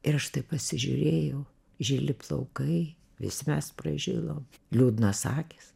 ir aš taip pasižiūrėjau žili plaukai vis mes pražilom liūdnos akys